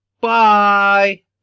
Bye